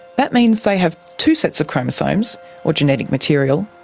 that means they have two sets of chromosomes or genetic material,